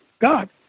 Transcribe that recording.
God